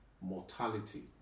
mortality